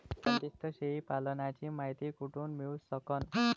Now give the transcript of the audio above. बंदीस्त शेळी पालनाची मायती कुठून मिळू सकन?